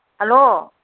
hello